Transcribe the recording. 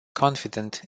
confident